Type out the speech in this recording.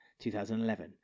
2011